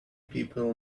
people